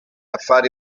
affari